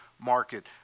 market